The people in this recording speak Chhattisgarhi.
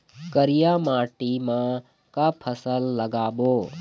करिया माटी म का फसल लगाबो?